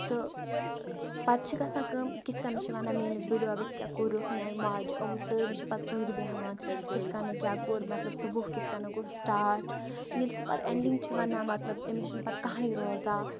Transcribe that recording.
تہٕ پَتہِ چھِ گَژھان کٲم یہِ کِتھ کٔنۍ چھِ وَنان میٲنِس بٕڈبَبَس کیٛاہ کوٚرُکھ میانہِ ماجہِ یِم سٲری چھِ پَتہِ ژوٗرِ بہوان کِتھ کٔنۍ کیٛاہ کوٚر مطلب صُبُح کِتھ کٔنۍ گوٚو سِٹاٹ ییٚلہ سُہ پَتہ ایٚنڈنگ چھِ وَنان مطلب أمِس چھُنہِ پَتہِ کٕہٕنۍ روزان